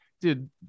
dude